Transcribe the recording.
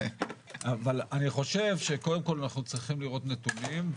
אני חושב שקודם כל אנחנו צריכים לראות נתונים,